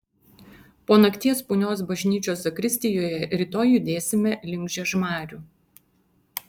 po nakties punios bažnyčios zakristijoje rytoj judėsime link žiežmarių